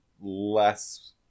less